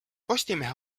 postimehe